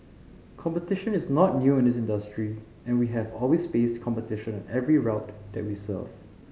competition is not new in this industry and we have always faced competition on every route that we serve